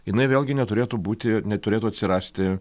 jinai vėlgi neturėtų būti neturėtų atsirasti